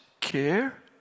Care